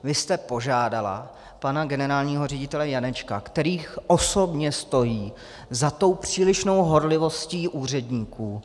Vy jste požádala pana generálního ředitele Janečka, který osobně stojí za tou přílišnou horlivostí úředníků.